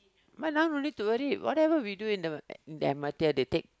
but now no need to worry whatever we do in the M_R_T they take